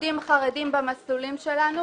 עובדים חרדים במסלולים שלנו.